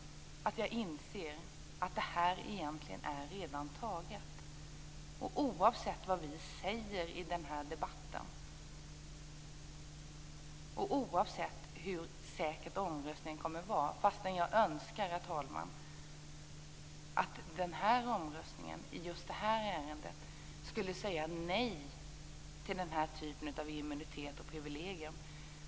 Jag inser att det här egentligen redan är antaget oavsett vad vi säger i den här debatten och oavsett hur säker omröstningen kommer att vara. Jag önskar att omröstningen i just det här ärendet skulle leda till ett nej till den här typen av immunitet och privilegier.